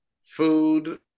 Food